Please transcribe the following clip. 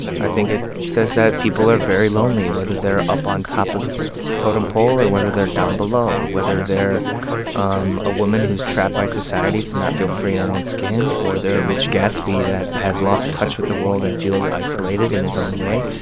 i think it says that people are very lonely, whether they're up on top of this totem pole or whether they're down below. whether they're um a woman who's trapped by society to not feel free in her own skin, or they're a rich gatsby that has lost touch with the world and feels isolated in his own way,